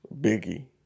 Biggie